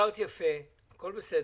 הסברת יפה, הכול בסדר,